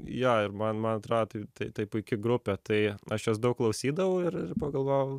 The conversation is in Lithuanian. jo ir man man atrodo tai tai tai puiki grupė tai aš jos daug klausydavau ir ir pagalvojau